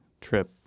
trip